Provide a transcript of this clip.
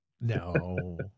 no